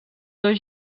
dos